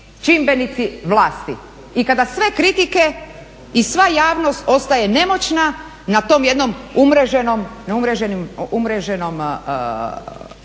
čimbenici vlasti i kada sve kritike i sva javnost ostaje nemoćna na tom jednom umreženom, ja